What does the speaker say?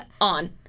on